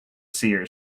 seers